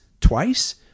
twice